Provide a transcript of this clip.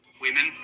women